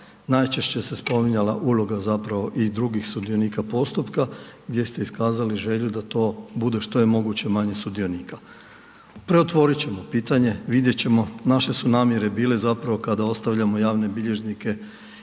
najčešće se spominjala uloga zapravo i drugih sudionika postupka gdje ste iskazali želju da to bude što je moguće manje sudionika. Preotvorit ćemo pitanje, vidjet ćemo, naše su namjere bile zapravo kada ostavljamo javne bilježnike